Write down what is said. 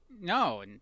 No